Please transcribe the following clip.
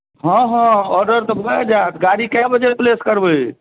हँ हँ ऑर्डर तऽ भऽ जायत गाड़ी कए बजे प्लेस करबै